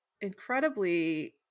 incredibly